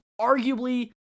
arguably